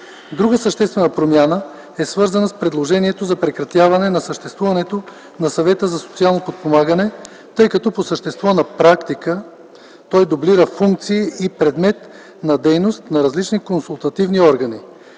Друга съществена промяна е свързана с предложението за прекратяване на съществуването на Съвета за социално подпомагане, тъй като по същество на практика той дублира функции и предмет на дейност на различни консултативни органи.